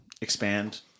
expand